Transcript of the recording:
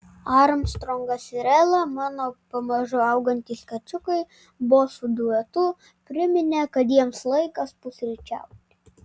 armstrongas ir ela mano pamažu augantys kačiukai bosų duetu priminė kad jiems laikas pusryčiauti